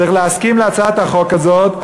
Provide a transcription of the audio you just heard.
צריך להסכים להצעת החוק הזאת,